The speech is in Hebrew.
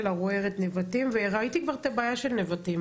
ערוער את נבטים וראיתי כבר את הבעיה של נבטים,